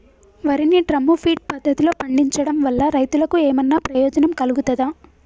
వరి ని drum feed పద్ధతిలో పండించడం వల్ల రైతులకు ఏమన్నా ప్రయోజనం కలుగుతదా?